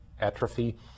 atrophy